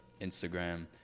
Instagram